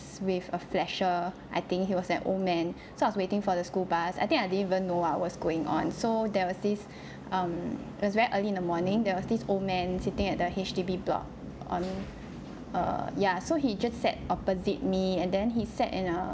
with a flasher I think he was an old man so I was waiting for the school bus I think I didn't even know what was going on so there was this um it was very early in the morning there was this old man sitting at the H_D_B block on err ya so he just sat opposite me and then he sat and err